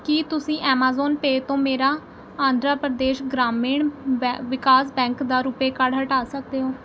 ਕੀ ਤੁਸੀਂਂ Amazon Pay ਤੋਂ ਮੇਰਾ ਆਂਧਰਾ ਪ੍ਰਦੇਸ਼ ਗ੍ਰਾਮੀਣ ਬੈਂ ਵਿਕਾਸ ਬੈਂਕ ਦਾ ਰੁਪਏ ਕਾਰਡ ਹਟਾ ਸਕਦੇ ਹੋ